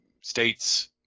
States